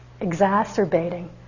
exacerbating